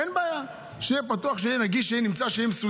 אין בעיה, שיהיה פתוח, שיהיה נגיש ושיהיה מסודר.